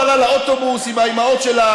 הוא עלה לאוטובוס עם האימהות של,